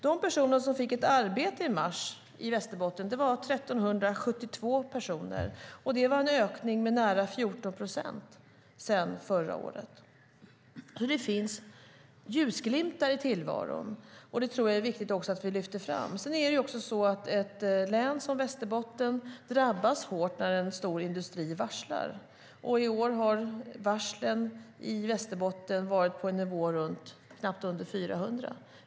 I mars fick 1 372 personer i Västerbotten ett arbete, och det var en ökning med nära 14 procent sedan förra året. Det finns alltså ljusglimtar i tillvaron, och det är viktigt att vi lyfter fram dem. Ett län som Västerbotten drabbas hårt när en stor industri varslar, och i år har varslen i Västerbotten varit på en nivå knappt under 400.